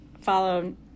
follow